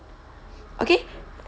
okay